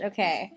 Okay